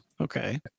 Okay